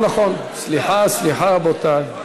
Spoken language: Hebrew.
סליחה,